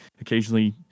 Occasionally